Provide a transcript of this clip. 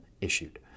issued